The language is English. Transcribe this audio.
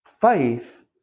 Faith